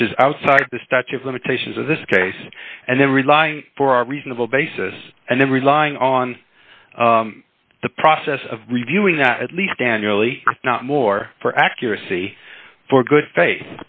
which is outside the statue of limitations of this case and then rely for a reasonable basis and then relying on the process of reviewing that at least annually not more for accuracy for good